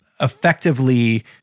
effectively